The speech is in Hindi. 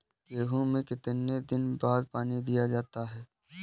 गेहूँ में कितने दिनों बाद पानी दिया जाता है?